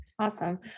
Awesome